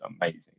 amazing